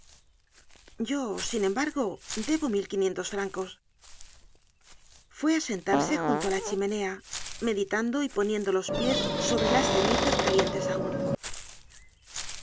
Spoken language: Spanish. yo sin embargo debo mil quinientos francos fué á sentarse junto á la chimenea meditando y poniendo los pies sobre las cenizas calientes aun